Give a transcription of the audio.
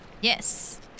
Yes